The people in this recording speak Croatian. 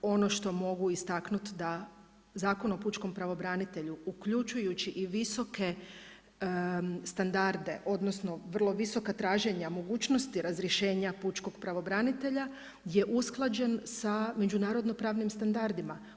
Ono što mogu istaknut da Zakon o pučkom pravobranitelju uključujući i visoke standarde, odnosno vrlo visoka traženja mogućnosti razrješenja pučkog pravobranitelja je usklađen sa međunarodno-pravnim standardima.